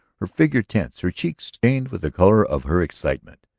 her figure tense, her cheeks stained with the color of her excitement.